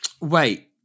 wait